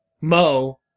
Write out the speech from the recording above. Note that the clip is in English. Mo